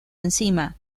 enzima